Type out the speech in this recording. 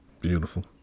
Beautiful